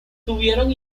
tuvieron